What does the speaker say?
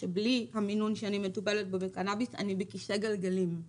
שבלי המינון שאני מטופלת בקנביס אני בכיסא גלגלים.